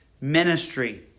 Ministry